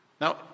Now